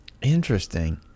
interesting